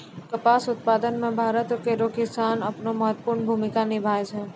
कपास उप्तादन मे भरत रो किसान अपनो महत्वपर्ण भूमिका निभाय छै